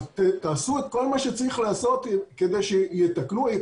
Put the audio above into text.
תעשו את כל מה שצריך לעשות כדי שיקדמו